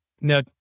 Now